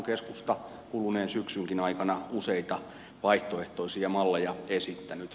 keskusta on kuluneen syksynkin aikana useita vaihtoehtoisia malleja esittänyt